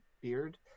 beard